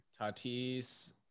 Tatis